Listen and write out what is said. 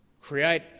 create